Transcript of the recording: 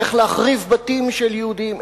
איך להחריב בתים של יהודים,